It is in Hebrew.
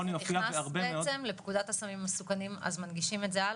ברגע שזה נכנס בעצם לפקודת הסמים המסוכנים אז מנגישים את זה הלאה?